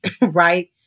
Right